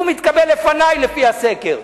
הוא מתקדם לפני לפי הסקר.